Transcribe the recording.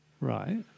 Right